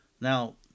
Now